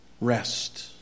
Rest